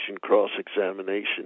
cross-examination